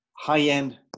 high-end